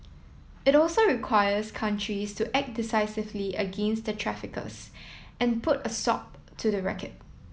it also requires countries to act decisively against the traffickers and put a stop to the racket